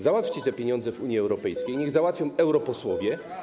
Załatwcie te pieniądze w Unii Europejskiej, niech załatwią je europosłowie.